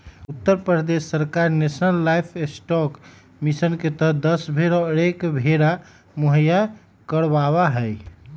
उत्तर प्रदेश सरकार national livestock mission के तहद दस भेंड़ और एक भेंड़ा मुहैया करवावा हई